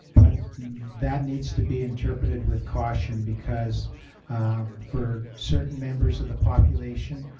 but that needs to be interpreted with caution because for certain members of the population,